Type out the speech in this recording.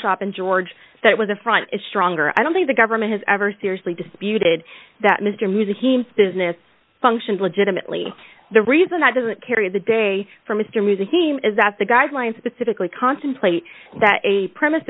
shop and george that was a front is stronger i don't think the government has ever seriously disputed that mr music business functions legitimately the reason that doesn't carry the day for mr museum is that the guidelines specifically contemplate that a premise